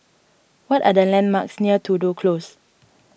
what are the landmarks near Tudor Close